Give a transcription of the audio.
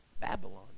Babylon